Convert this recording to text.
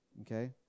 Okay